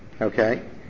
okay